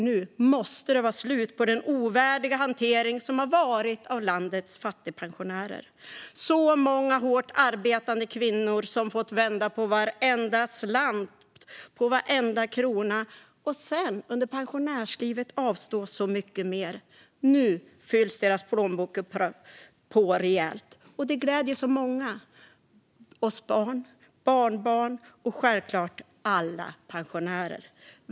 Nu måste det vara slut på den ovärdiga hanteringen av landets fattigpensionärer - så många hårt arbetande kvinnor som fått vända på varenda krona och sedan under pensionärslivet avstå så mycket mer. Nu fylls deras plånböcker på rejält, och det gläder många: oss barn, barnbarn och självklart alla pensionärer.